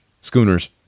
Schooners